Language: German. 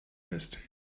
ist